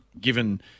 given